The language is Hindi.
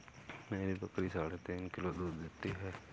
मेरी बकरी साढ़े तीन किलो दूध देती है